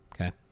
Okay